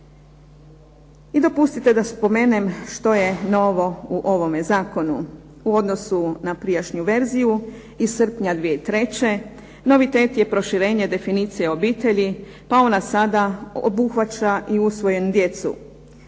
I dopustite da spomenem što je novo u ovome zakonu u odnosu na prijašnju verziju iz srpnja 2003. Novitet je proširenje definicije obitelji, pa ona sada obuhvaća i usvojenu djecu.